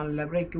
leverage